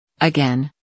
again